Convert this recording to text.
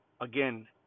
Again